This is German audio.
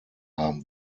haben